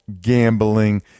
gambling